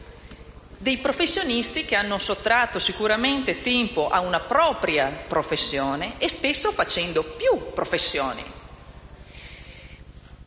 i professionisti che hanno sottratto tempo a una propria professione, spesso svolgendo più professioni.